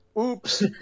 Oops